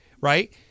Right